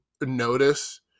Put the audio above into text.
notice